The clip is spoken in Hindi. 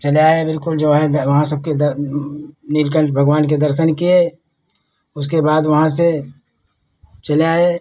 चले आए बिल्कुल जो है सबके नीलकंठ भगवान के दर्शन किए उसके बाद वहाँ से चले आए